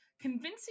convincing